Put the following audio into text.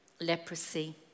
leprosy